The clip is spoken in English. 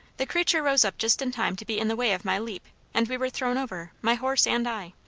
the creature rose up just in time to be in the way of my leap, and we were thrown over my horse and i.